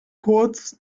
kurz